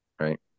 right